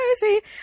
crazy